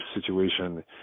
situation